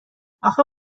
اخه